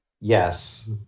yes